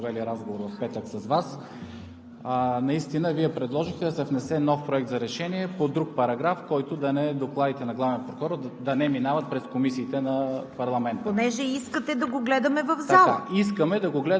Благодаря, госпожо Председател. Бяхте достатъчно коректна да кажете, че сме провели разговор в петък с Вас. Наистина Вие предложихте да се внесе нов проект за решение по друг параграф, по който докладите на главния прокурор да